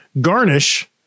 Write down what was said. Garnish